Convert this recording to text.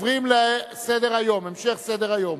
אנחנו עוברים להמשך סדר-היום.